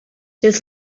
his